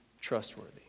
trustworthy